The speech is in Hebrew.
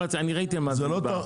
אני ראיתי על מה זה מדובר.